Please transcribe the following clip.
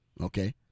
Okay